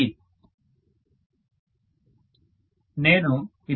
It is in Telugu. ప్రొఫెసర్ నేను ఇది 5